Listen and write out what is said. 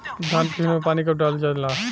धान के खेत मे पानी कब डालल जा ला?